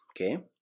okay